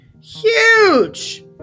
Huge